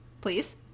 Please